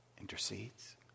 intercedes